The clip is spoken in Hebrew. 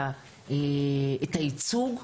את הייצוג,